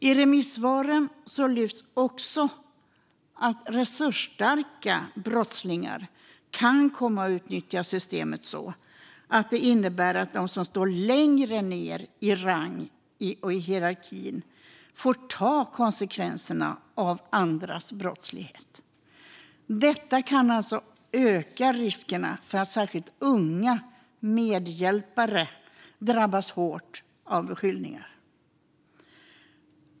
I remissvaren lyfts också fram att resursstarka brottslingar kan komma att utnyttja systemet så att det innebär att de som står längre ned i rang i hierarkin får ta konsekvenserna av andras brottslighet. Detta kan alltså öka riskerna för att särskilt unga medhjälpare drabbas hårt av beskyllningar.